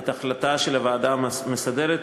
את ההחלטה של הוועדה המסדרת,